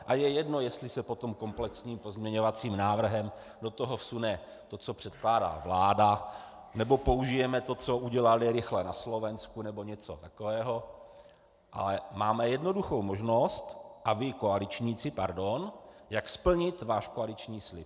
A je jedno jestli se potom komplexním pozměňovacím návrhem do toho vsune to, co předkládá vláda, nebo použijeme to, co udělali rychle na Slovensku, nebo něco takového, ale máme jednoduchou možnost a vy koaličníci, pardon, jak splnit váš koaliční slib.